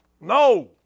No